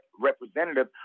representative